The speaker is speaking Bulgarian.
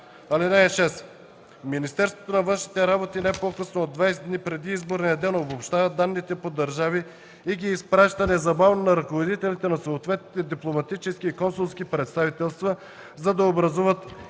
(6) Министерството на външните работи не по-късно от 20 дни преди изборния ден обобщава данните по държави и ги изпраща незабавно на ръководителите на съответните дипломатически и консулски представителства, за да образуват